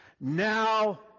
Now